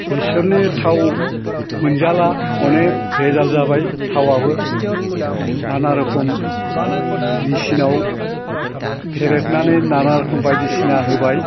बेसरनि थाव मोनजाला अनेक बेजाल जाबाय थावआबो नाना रोखोम मेसिनआव फेरेदनानै नाना रोखोम बायदिसिना होबाय